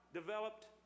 developed